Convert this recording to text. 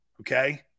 okay